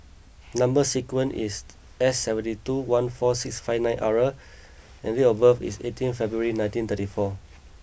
number sequence is S seventy two one four six five nine R and date of birth is eighteen February nineteen thirty four